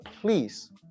please